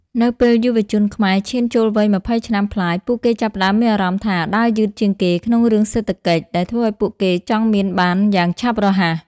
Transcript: នៅពេលយុវជនខ្មែរឈានចូលវ័យ ២០ ឆ្នាំប្លាយ ពួកគេចាប់ផ្តើមមានអារម្មណ៍ថា "ដើរយឺតជាងគេ" ក្នុងរឿងសេដ្ឋកិច្ច ដែលធ្វើឱ្យពួកគេចង់មានបានយ៉ាងឆាប់រហ័ស។